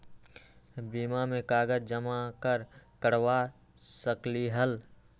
बीमा में कागज जमाकर करवा सकलीहल?